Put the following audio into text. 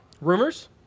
Rumors